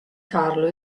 carlo